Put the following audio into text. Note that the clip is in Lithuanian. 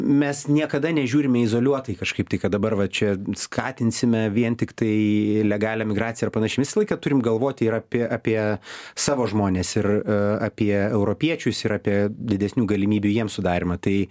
mes niekada nežiūrime izoliuotai kažkaip tai kad dabar va čia skatinsime vien tiktai legalią migracij ar panaš visą laiką turim galvoti ir apie apie savo žmones ir a apie europiečius ir apie didesnių galimybių jiems sudarymą tai